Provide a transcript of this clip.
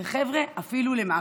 וחבר'ה, אפילו למוות.